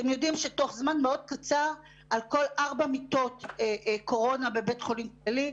אתם יודעים שתוך זמן מאוד קצר על כל ארבע מיטות קורונה בבית חולים כללי,